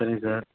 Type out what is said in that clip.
சரிங்க சார்